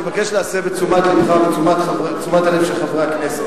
אני מבקש להסב את תשומת לבך ותשומת הלב של חברי הכנסת